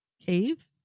cave